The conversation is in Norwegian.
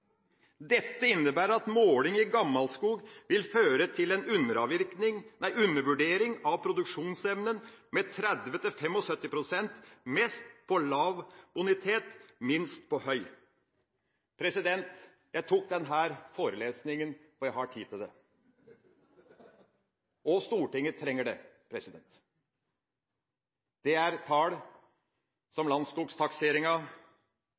Dette innebærer at måling i gammel skog vil føre til en undervurdering av produksjonsevnen med 30–75 pst., mest på lav bonitet, minst på høy. Jeg tok denne forelesninga, for jeg har tid til det, og Stortinget trenger det. Det er tall